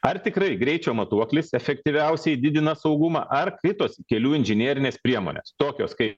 ar tikrai greičio matuoklis efektyviausiai didina saugumą ar kitos kelių inžinerinės priemonės tokios kaip